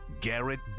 Garrett